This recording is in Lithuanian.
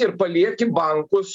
ir palieki bankus